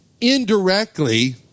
indirectly